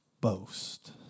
boast